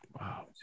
Wow